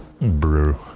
brew